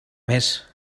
més